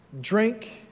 drink